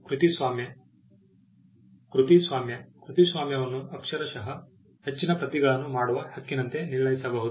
ಕೃತಿಸ್ವಾಮ್ಯ ಕೃತಿಸ್ವಾಮ್ಯವನ್ನು ಅಕ್ಷರಶಃ ಹೆಚ್ಚಿನ ಪ್ರತಿಗಳನ್ನು ಮಾಡುವ ಹಕ್ಕಿನಂತೆ ನಿರ್ಣಯಿಸಬಹುದು